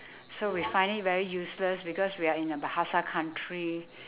so we find it very useless because we're in a bahasa country